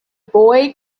boy